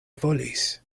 volis